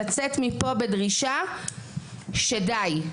לצאת מפה בדרישה שדי,